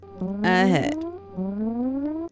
ahead